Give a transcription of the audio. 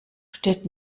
steht